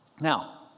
Now